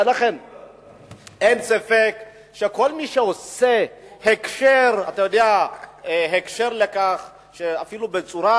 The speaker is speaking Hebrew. אין ספק שכל מי שעושה הקשר, אפילו בצורה